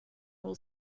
will